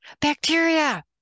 Bacteria